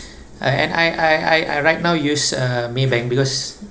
uh and I I I I right now use uh Maybank because